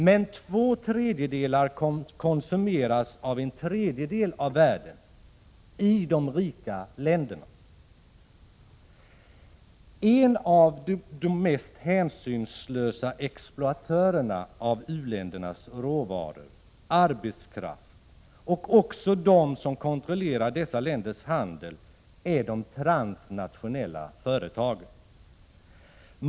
Men två tredjedelar konsumeras av en tredjedel av världen, i de rika länderna. De mest hänsynslösa exploatörerna av u-ländernas råvaror och arbetskraft, de som kontrollerar dessa länders handel, är de transnationella företagen.